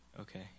Okay